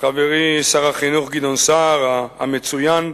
חברי שר החינוך גדעון סער המצוין,